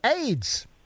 AIDS